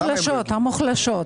המוחלשות.